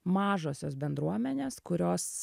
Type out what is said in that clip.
mažosios bendruomenės kurios